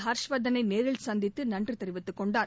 ஹர்ஷ்வர்த்தனை நேரில் சந்தித்து நன்றி தெரிவித்துக் கொண்டார்